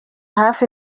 hafi